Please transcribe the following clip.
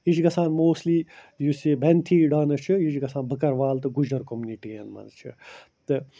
یہِ چھِ گژھان موسٹلی یُس یہِ بٮ۪نتھی ڈانَس چھُ یہِ چھُ گژھان بٔکٕروال تہٕ گُجر کوٚمنِٹیٖیَن منٛز چھِ تہٕ